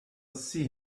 see